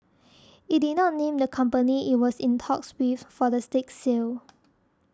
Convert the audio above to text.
it did not name the company it was in talks with for the stake sale